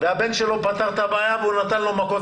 הבן שלו פתר את הבעיה והוא נתן לו מכות